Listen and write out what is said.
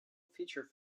feature